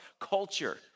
culture